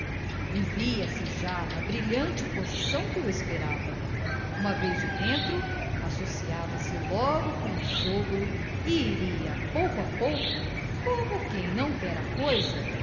e via-se já na brilhante posição que o esperava uma vez de dentro associava se logo com o sogro e iria pouco a pouco como quem não quer a coisa